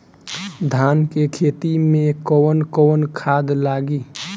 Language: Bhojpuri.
धान के खेती में कवन कवन खाद लागी?